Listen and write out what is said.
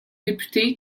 député